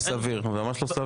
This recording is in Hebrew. זה ממש לא סביר.